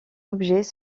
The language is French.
objets